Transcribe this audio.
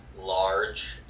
large